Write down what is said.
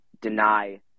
deny